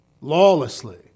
lawlessly